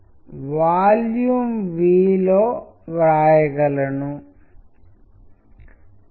కాబట్టి టెక్ట్స్ వారు తెలియజేయడానికి ప్రయత్నిస్తున్న అర్థాన్ని తెలియజేసే విధంగా ప్రవర్తించడం మీరు చూస్తారు